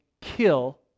kill